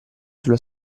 sulla